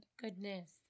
Goodness